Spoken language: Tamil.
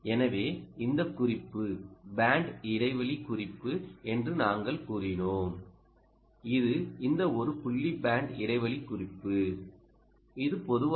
எனவே இந்த குறிப்பு பேண்ட் இடைவெளி குறிப்பு என்று நாங்கள் கூறினோம் இது இந்த ஒரு புள்ளி பேண்ட் இடைவெளி குறிப்பு இது பொதுவாக ஒரு 2